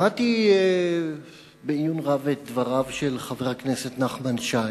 שמעתי בעיון רב את דבריו של חבר הכנסת נחמן שי.